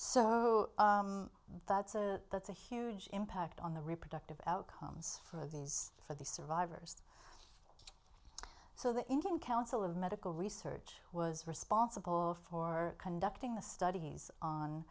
so that's that's a huge impact on the reproductive outcomes for these for the survivors so the indian council of medical research was responsible for conducting the studies